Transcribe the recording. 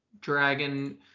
Dragon